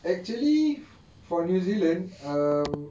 actually for new zealand um